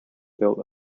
built